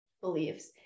beliefs